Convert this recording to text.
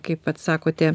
kaip pats sakote